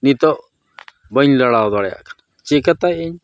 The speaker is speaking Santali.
ᱱᱤᱛᱚᱜ ᱵᱟᱹᱧ ᱞᱟᱲᱟᱣ ᱫᱟᱲᱮᱭᱟᱜ ᱠᱟᱱᱟ ᱪᱤᱠᱟᱹᱛᱮ ᱤᱧ